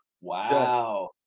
Wow